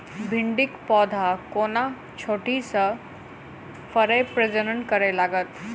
भिंडीक पौधा कोना छोटहि सँ फरय प्रजनन करै लागत?